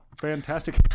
Fantastic